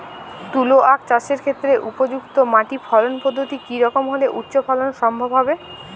তুলো আঁখ চাষের ক্ষেত্রে উপযুক্ত মাটি ফলন পদ্ধতি কী রকম হলে উচ্চ ফলন সম্ভব হবে?